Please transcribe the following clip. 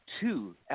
two